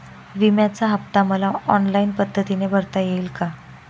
विम्याचा हफ्ता मला ऑनलाईन पद्धतीने भरता येईल का?